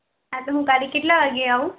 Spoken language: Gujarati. હા તો હું કાલે કેટલા વાગે આવું